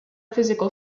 physical